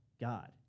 God